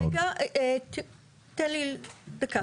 רגע, תן לי, דקה.